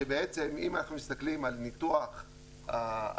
שבעצם אם אנחנו מסתכלים על ניתוח העלויות,